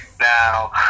Now